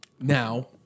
now